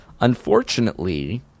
Unfortunately